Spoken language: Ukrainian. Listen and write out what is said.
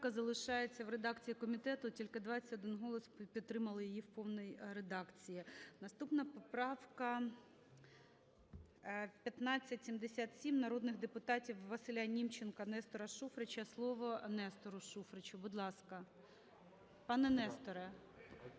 Поправка залишається в редакції комітету, тільки 21 голос підтримали її в повній редакції. Наступна поправка – 1577, народних депутатів ВасиляНімченка, Нестора Шуфрича. Слово Нестору Шуфричу, будь ласка. Пане Несторе!